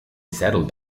settled